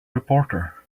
reporter